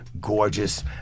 gorgeous